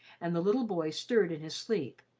and the little boy stirred in his sleep,